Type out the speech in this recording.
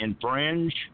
infringe